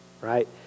right